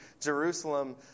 Jerusalem